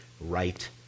right